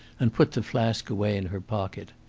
and put the flask away in her pocket.